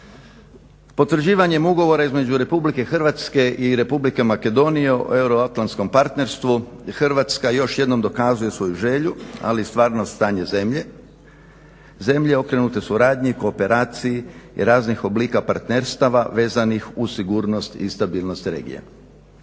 Potvrđivanjem ugovora između RH i Republike Makedonije o euroatlantskom partnerstvu Hrvatska još jednom dokazuje svoju želju ali i stvarno stanje zemlje, zemlje okrenute suradnji, kooperaciji i raznih oblika partnerstava vezanih uz sigurnost i stabilnost regije.